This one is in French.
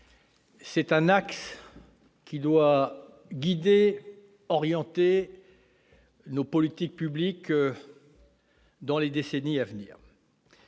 c'est un axe qui doit guider, orienter nos politiques publiques dans les décennies à venir.